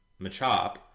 machop